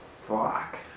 Fuck